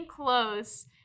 close